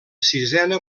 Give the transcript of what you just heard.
sisena